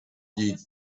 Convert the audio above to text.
die